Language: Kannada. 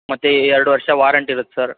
ಮತ್ತೆ ಎರಡು ವರ್ಷ ವಾರಂಟಿ ಇರುತ್ತೆ ಸರ್